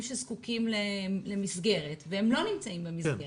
שזקוקים למסגרת והם לא נמצאים במסגרת.